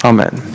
Amen